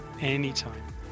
anytime